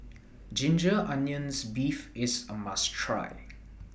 Ginger Onions Beef IS A must Try